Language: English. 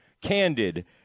candid